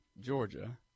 Georgia